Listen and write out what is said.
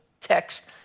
text